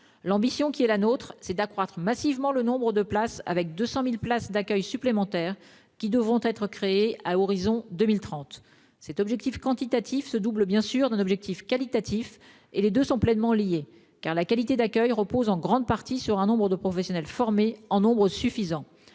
ambition est d'accroître massivement le nombre de places, avec 200 000 places d'accueil supplémentaires qui devront être créées à horizon 2030. Cet objectif quantitatif se double bien sûr d'un objectif qualitatif, et les deux sont pleinement liés, car la qualité d'accueil repose en grande partie sur un nombre de professionnels formés, en nombre suffisant.